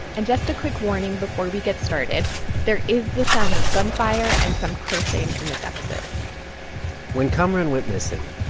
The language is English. and just a quick warning before we get started there is the sound of gunfire and some cursing in this episode when kamaran went missing,